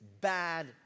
bad